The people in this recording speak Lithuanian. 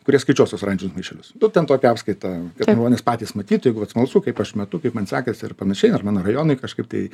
kurie skaičiuos tuos oranžinius maišelius nu ten tokia apskaita kad žmonės patys matytų jeigu vat smalsu kaip aš metu kaip man sekasi ir panašiai ar mano rajonui kažkaip tai